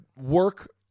work